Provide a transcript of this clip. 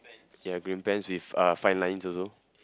green pants with uh fine lines also